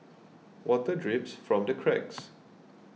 water drips from the cracks